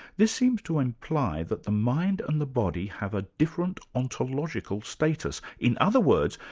this seems to imply that the mind and the body have a different ontological status in other words,